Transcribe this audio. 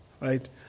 right